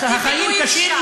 כשהחיים קשים,